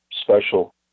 special